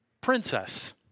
princess